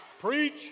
Preach